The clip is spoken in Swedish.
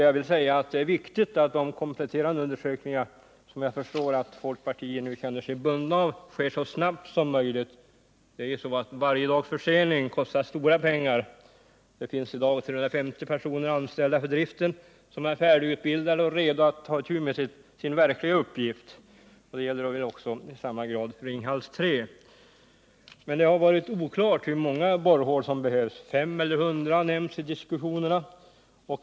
Jag vill framhålla att det är viktigt att de kompletterande undersökningarna, som jag förstår att man i folkpartiet nu känner sig bunden av, utförs så snabbt som möjligt, eftersom varje dags försening kostar stora pengar. Det finns i dag 350 personer anställda för driften, och de är färdigutbildade och redo att ta itu med sin verkliga uppgift. I samma grad gäller detta Ringhals 3. Men det har varit oklart hur många borrhål som behöver borras där — fem eller hundra har nämnts i diskussionerna.